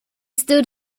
stood